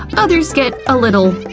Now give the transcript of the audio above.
others get a little,